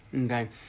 Okay